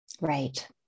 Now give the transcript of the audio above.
Right